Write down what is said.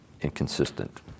inconsistent